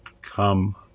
come